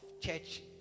church